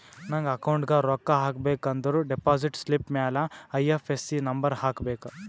ನಂಗ್ ಅಕೌಂಟ್ಗ್ ರೊಕ್ಕಾ ಹಾಕಬೇಕ ಅಂದುರ್ ಡೆಪೋಸಿಟ್ ಸ್ಲಿಪ್ ಮ್ಯಾಲ ಐ.ಎಫ್.ಎಸ್.ಸಿ ನಂಬರ್ ಹಾಕಬೇಕ